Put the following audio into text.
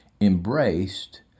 embraced